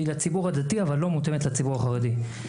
היא לציבור הדתי, אבל לא מותאמת לציבור החרדי.